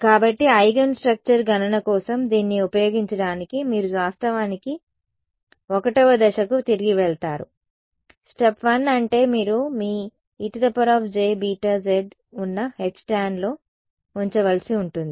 కాబట్టి eigen structure గణన కోసం దీన్ని ఉపయోగించడానికి మీరు వాస్తవానికి 1వ దశకు తిరిగి వెళతారు స్టెప్ 1 అంటే మీరు మీ ejβz ఉన్న Htan లో ఉంచవలసి ఉంటుంది